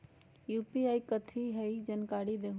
UPI कथी है? जानकारी दहु